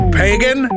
pagan